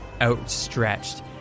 outstretched